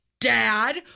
dad